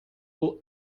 will